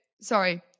sorry